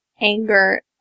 anger